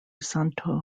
santo